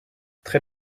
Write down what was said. très